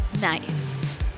Nice